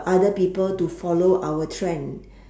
other people to follow our trend